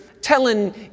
telling